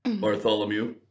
Bartholomew